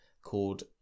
called